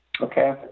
okay